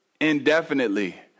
indefinitely